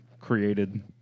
created